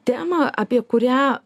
temą apie kurią